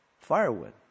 Firewood